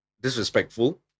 disrespectful